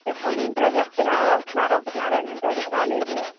ఎప్పుటి నుంచో చెప్తున్నారు వస్తున్నారు వస్తున్నారు అని ఇంతవరకి రాలేదు